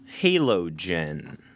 Halogen